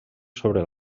sobre